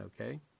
Okay